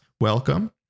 welcome